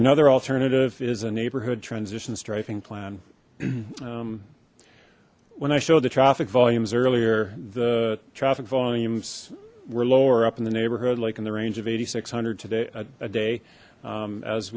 another alternative is a neighborhood transition striping plan when i showed the traffic volumes earlier the traffic volumes were lower up in the neighborhood like in the range of eighty six hundred today a day